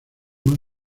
más